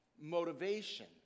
motivation